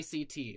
ACT